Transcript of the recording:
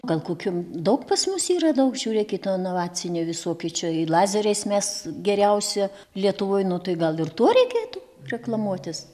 gal kokių daug pas mus yra daug žiūrėkit inovacinių visokių čia lazeriais mes geriausi lietuvoj nu tai gal ir tuo reikėtų reklamuotis